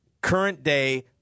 current-day